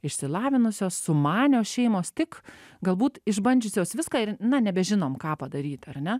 išsilavinusios sumanios šeimos tik galbūt išbandžiusios viską ir na nebežinom ką padaryt ar ne